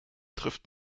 trifft